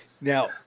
Now